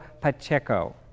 Pacheco